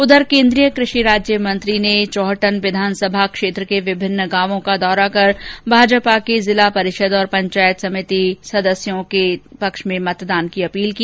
उधर केन्द्रीय कृषि राज्य मंत्री ने चौहटन विधानसभा क्षेत्र के विभिन्न गांव का दौरा कर भाजपा के जिला परिषद और पंचायत समिति सदस्यों के पक्ष में मतदान करने की अपील की